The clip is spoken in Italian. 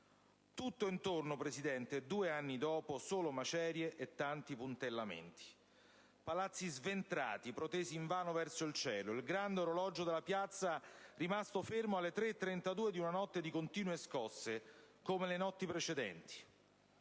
Tutto intorno, signor Presidente, due anni dopo, solo macerie e tanti puntellamenti. Palazzi sventrati, protesi invano verso il cielo; il grande orologio della piazza, rimasto fermo alle 3,32 di una notte di continue scosse, come le notti precedenti.